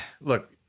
look